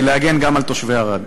להגן גם על תושבי ערד.